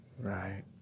Right